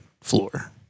floor